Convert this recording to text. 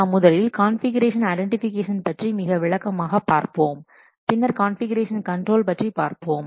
நாம் முதலில் configuration identification பற்றி மிக விளக்கமாக பார்ப்போம் பின்னர் கான்ஃபிகுரேஷன் கண்ட்ரோல் பற்றி பார்ப்போம்